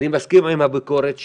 אני מסכים עם הביקורת שלך,